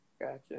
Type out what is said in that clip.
Gotcha